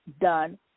done